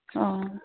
ᱚ ᱻ